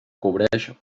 cobreix